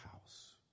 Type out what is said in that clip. house